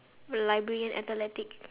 librarian athletics